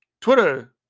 Twitter